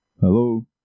Hello